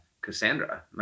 Cassandra